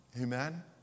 Amen